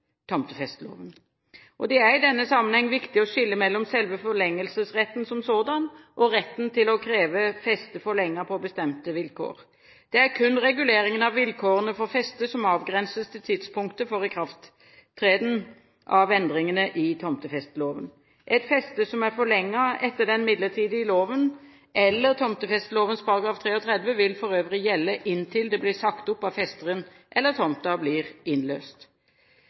Det er i denne sammenheng viktig å skille mellom selve forlengelsesretten som sådan og retten til å kreve festet forlenget på bestemte vilkår. Det er kun reguleringen av vilkårene for festet som avgrenses til tidspunktet for ikrafttredelsen av endringene i tomtefesteloven. Et feste som er forlenget etter den midlertidige loven eller tomtefesteloven § 33, vil for øvrig gjelde inntil det blir sagt opp av festeren eller tomten blir innløst.